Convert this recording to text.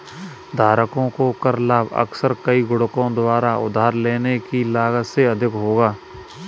धारकों को कर लाभ अक्सर कई गुणकों द्वारा उधार लेने की लागत से अधिक होगा